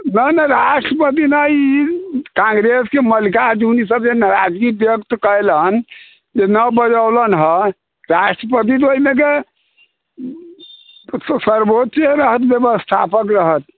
नहि नहि राष्ट्रपति नहि ई कांग्रेसके मल्लिकार्जुन ईसब जे नाराजगी व्यक्त केलनि कि नहि बजौलनि हँ राष्ट्रपति तऽ ओहिमेके सर्वोच्चे रहथि व्यवस्स्थापक रहथि